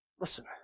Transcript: listen